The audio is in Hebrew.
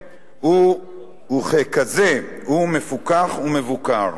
וככזה הוא מפוקח ומבוקר.